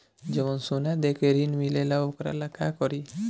जवन सोना दे के ऋण मिलेला वोकरा ला का करी?